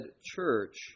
church